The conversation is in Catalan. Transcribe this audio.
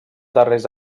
darrers